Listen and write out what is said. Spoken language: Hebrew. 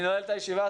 אני נועל את הישיבה.